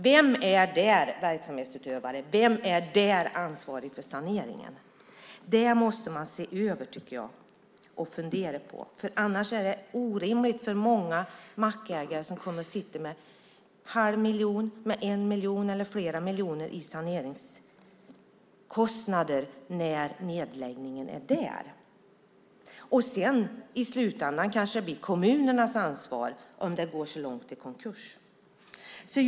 Vem är där verksamhetsutövare? Vem är där ansvarig för saneringen? Det måste man se över och fundera på, tycker jag, för annars blir det orimligt för många mackägare som kommer att sitta med en eller flera miljoner i saneringskostnader när nedläggningen kommer. I slutändan kanske det blir kommunernas ansvar, om det går så långt som till konkurs.